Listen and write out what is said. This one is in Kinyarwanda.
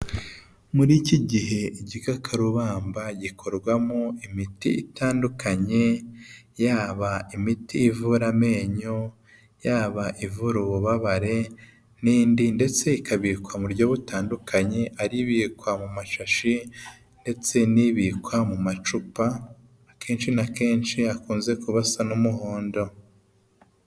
Muri iki gihe igikakarubamba gikorwamo imiti itandukanye: yaba imiti ivura amenyo, yaba ivura ububabare n'indi ndetse ikabikwa mu buryo butandukanye: ari ibikwa mu mashashi, ndetse n'ibikwa mu macupa akenshi na kenshi akunze kuba asa n'umuhondo.